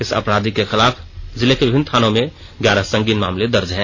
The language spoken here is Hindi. इस अपराधी के खिलाफ जिले के विभिन्न थानों में ग्यारह संगीन मामले दर्ज हैं